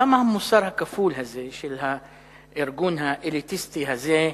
למה המוסר הכפול הזה של הארגון האליטיסטי הזה?